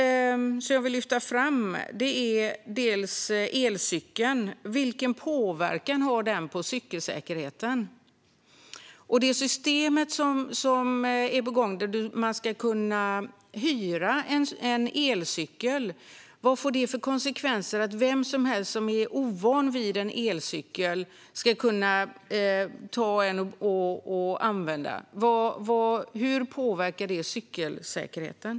Jag vill lyfta fram två exempel. Det handlar dels om elcykeln. Vilken påverkan har den på cykelsäkerheten? Det finns ett system på gång som syftar till att man ska kunna hyra en elcykel. Vilka konsekvenser får det att vem som helst - även någon som är ovan - kan ta en cykel och använda den? Hur påverkar detta cykelsäkerheten?